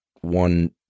one